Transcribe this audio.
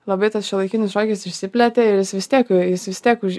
labai tas šiuolaikinis šokis išsiplėtė ir jis vis tiek jis vis tiek už